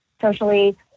socially